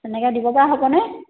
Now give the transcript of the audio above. তেনেকৈ দিব পৰা হ'বনে